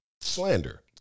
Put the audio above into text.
slander